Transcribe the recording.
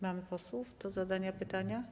Mamy posłów do zadania pytania?